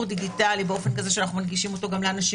דיגיטלי באופן כזה שאנחנו מנגישים אותו גם לאנשים